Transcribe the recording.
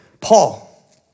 Paul